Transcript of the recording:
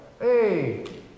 hey